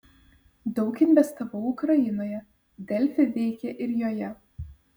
daug investavau ukrainoje delfi veikia ir joje